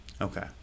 Okay